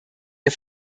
ihr